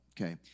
okay